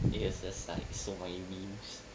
it was just like so many memes